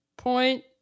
point